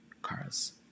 Cars